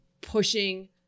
pushing